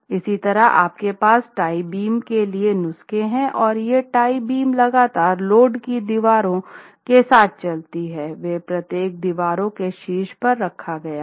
इसी तरह आपके पास टाई बीम के लिए नुस्खे हैं और ये टाई बीम लगातार लोड की दीवारों के साथ चलती हैं वे प्रत्येक दीवारों के शीर्ष पर रखा गया है